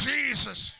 Jesus